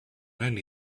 only